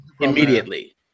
immediately